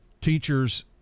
Teachers